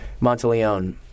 Monteleone